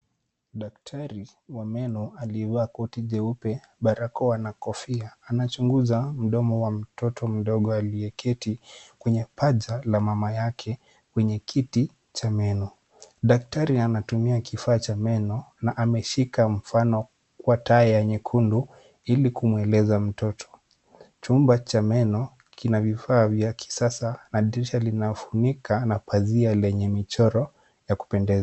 Daktari wa meno aliyevaa koti jeupe, barakoa na kofia anachunguza mdomo wa mtoto mdogo aliyeketi kwenye paja la mamake kwenye kiti cha meno. Daktari anatumia kifaa cha meno na ameshika mfano wa taya nyekundu ili kumweleza mtoto. Chumba cha meno kina vifaa vya kisasa na dirisha limefunika na pazia lenye michoro ya kupendeza.